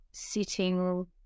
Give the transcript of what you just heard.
sitting